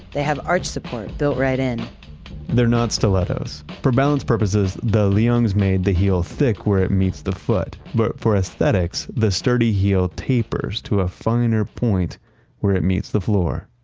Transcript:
they have arched support built right in they're not stilettos. for balance purposes, the liangs made the heel thick where it meets the foot. but for aesthetics, the sturdy heel tapers to a finer point where it meets the floor.